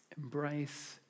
embrace